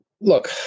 look